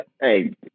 Hey